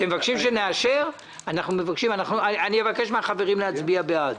אתם מבקשים שנאשר, אבקש מהחברים להצביע בעד,